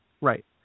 Right